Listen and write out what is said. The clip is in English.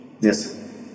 Yes